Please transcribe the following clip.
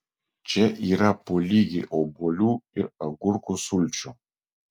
čia yra po lygiai obuolių ir agurkų sulčių